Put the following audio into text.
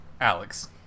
Alex